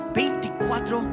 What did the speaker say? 24